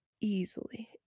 easily